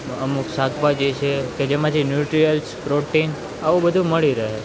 અમુક શાકભાજી છે કે જેમાંથી ન્યુટ્રીઅલ્સ પ્રોટીન આવું બધુ મળી રહે